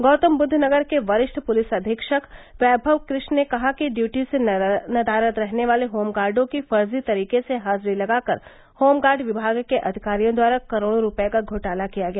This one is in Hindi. गौतमवुद्ध नगर के वरिष्ठ पुलिस अधीक्षक वैभव कृष्ण ने कहा कि ड्यूटी से नदारद रहने वाले होमगाडों की फर्जी तरीके से हाजिरी लगाकर होमगार्ड विमाग के अधिकारियों द्वारा करोड़ों रुपये का घोटाला किया गया